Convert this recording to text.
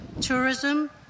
tourism